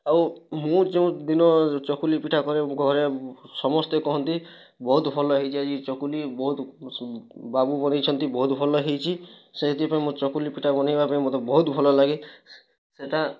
ଆଉ ମୁଁ ଯେଉଁ ଦିନ ଚକୁଲି ପିଠା କରେ ଘରେ ସମସ୍ତେ କହନ୍ତି ବହୁତ ଭଲ ହେଇଛି ଆଜି ଚକୁଲି ବହୁତ ବାବୁ ବନାଇଛନ୍ତି ବହୁତ ଭଲ ହେଇଛି ସେଇଥିପାଇଁ ମୁଁ ଚକୁଲି ପିଠା ବନାଇବା ପାଇଁ ମୋତେ ବହୁତ ଭଲ ଲାଗେ ସେଇଟା